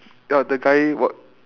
ya the guy got